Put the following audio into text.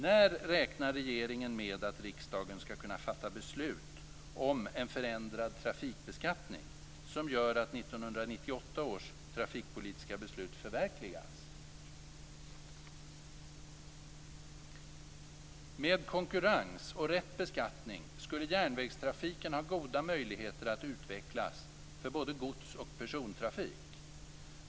När räknar regeringen med att riksdagen skall kunna besluta om en förändrad trafikbeskattning, som gör att 1998 års trafikpolitiska beslut förverkligas? Med konkurrens och rätt beskattning skulle järnvägstrafiken ha goda möjligheter att utvecklas för både gods och persontrafik.